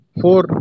four